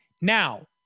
now